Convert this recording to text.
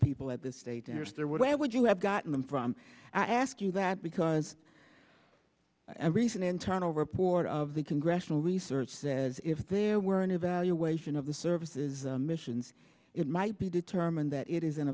people at this stage there is there where would you have gotten them from i ask you that because i recent internal report of the congressional research says if there were an evaluation of the services missions it might be determined that it is